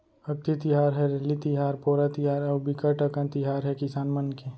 अक्ति तिहार, हरेली तिहार, पोरा तिहार अउ बिकट अकन तिहार हे किसान मन के